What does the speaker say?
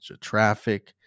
traffic